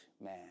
man